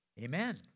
Amen